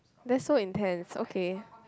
that's so intense okay